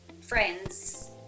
friends